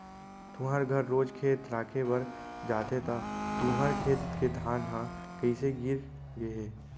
तुँहर घर रोज खेत राखे बर जाथे त तुँहर खेत के धान ह कइसे गिर गे हे?